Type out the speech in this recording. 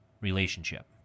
relationship